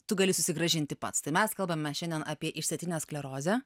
tu gali susigrąžinti pats tai mes kalbame šiandien apie išsėtinę sklerozę